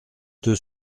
deux